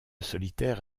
solitaire